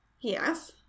Yes